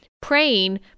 praying